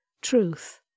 Truth